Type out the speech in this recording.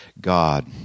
God